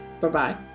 Bye-bye